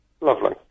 Lovely